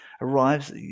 arrives